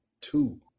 Two